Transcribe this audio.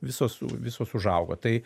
visos u visos užaugo tai